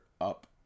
up